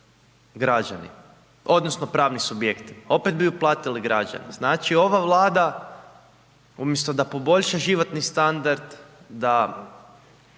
građani, odnosno pravni subjekti, opet bi ju platili građani. Znači ova Vlada umjesto da poboljša životni standard da